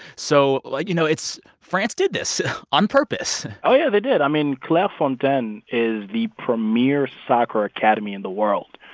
so, like, you know, it's france did this on purpose oh, yeah. they did. i mean, clairefontaine is the premier soccer academy in the world.